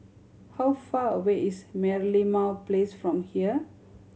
how far away is Merlimau Place from here